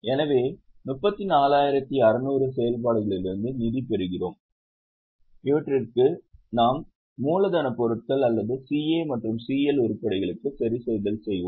எனவே 34600 செயல்பாடுகளிலிருந்து நிதி பெறுகிறோம் இவற்றுக்கு நாம் மூலதன பொருட்கள் அல்லது CA மற்றும் CL உருப்படிகளுக்கு சரிசெய்தல் செய்வோம்